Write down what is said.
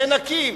נאנקים.